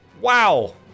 Wow